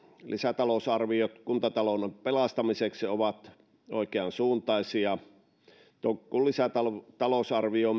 lisätalousarviot ovat kuntatalouden pelastamiseksi oikeansuuntaisia toukokuun lisätalousarvio